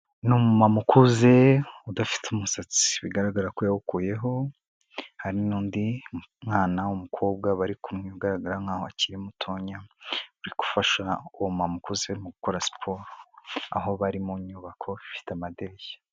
Uyu ni umumama ukuze udafite umusatsi bigaragara ko yawukuyeho, hari n'undi mwana w'umukobwa bari kumwegaraga nk'aho akiri mutonya uri gufasha uwo mumama ukuze mu gukora siporo aho bari mu nyubako ifite amadirishya.